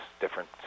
different